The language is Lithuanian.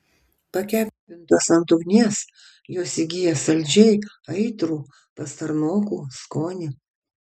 pakepintos ant ugnies jos įgyja saldžiai aitrų pastarnokų skonį